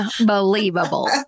unbelievable